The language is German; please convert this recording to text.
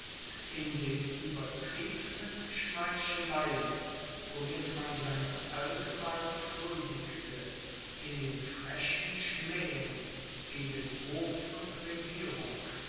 in den übertriebenen schmeicheleien womit man seiner allgewalt huldigte in den frechen schmähungen gegen hof und regierung